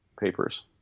papers